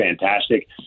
fantastic